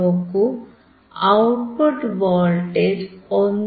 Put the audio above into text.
നോക്കൂ output voltage 1